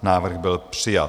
Návrh byl přijat.